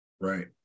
Right